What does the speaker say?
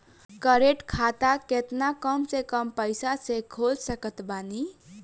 Current खाता केतना कम से कम पईसा से खोल सकत बानी?